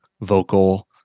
vocal